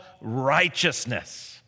righteousness